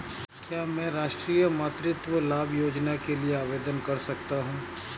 क्या मैं राष्ट्रीय मातृत्व लाभ योजना के लिए आवेदन कर सकता हूँ?